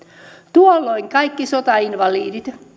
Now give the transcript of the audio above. tuolloin kaikki sotainvalidit